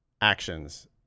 actions